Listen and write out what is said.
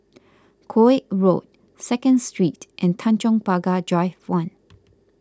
Koek Road Second Street and Tanjong Pagar Drive one